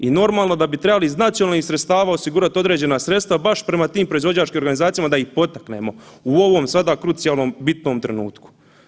I normalno da bi trebali iz nacionalnih sredstava osigurati određena sredstva baš prema tim proizvođačkim organizacijama da ih potaknemo u ovom sada krucijalnom bitnom trenutku.